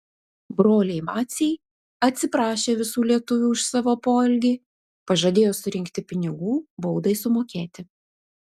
broliai maciai atsiprašė visų lietuvių už savo poelgį pažadėjo surinkti pinigų baudai sumokėti